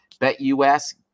BetUS